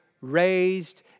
raised